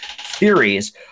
theories